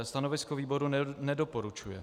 Stanovisko výboru: nedoporučuje.